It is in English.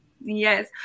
Yes